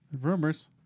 Rumors